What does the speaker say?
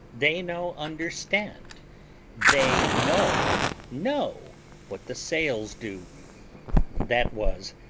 they no understand they no know what the sails do that was,